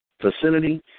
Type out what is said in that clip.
facility